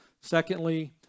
secondly